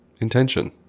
Intention